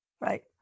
right